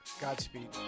Godspeed